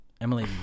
Emily